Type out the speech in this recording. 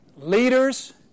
Leaders